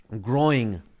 growing